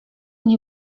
nie